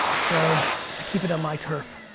so i keep it on my turf